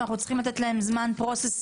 אבל אנחנו נותנים להם זמן processing